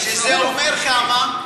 שזה אומר כמה?